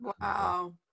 Wow